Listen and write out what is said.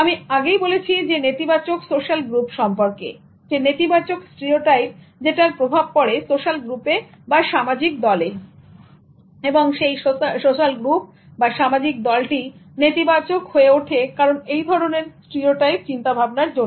আমি আগেই বলেছি নেতিবাচক সোশ্যাল গ্রুপ সম্পর্কে নেতিবাচক স্টিরিওটাইপ যেটার প্রভাব পড়ে সোশ্যাল গ্রুপে বা সামাজিক দলে এবং সেই সোশ্যাল গ্রুপ বা সামাজিক দলটি নেতিবাচক হয়ে ওঠে কারণ এই ধরনের স্টিরিওটাইপ চিন্তা ভাবনার জন্য